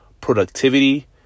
productivity